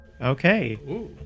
Okay